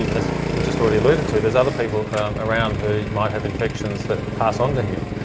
as we just already alluded to, there's other people around who might have infections that pass on to him,